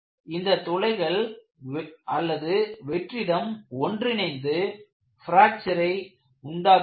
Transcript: இந்த துளைகள் அல்லது வெற்றிடம் ஒன்றிணைந்து பிராக்ச்சரை உண்டாக்குகிறது